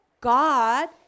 God